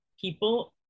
people